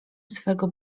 swego